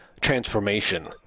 transformation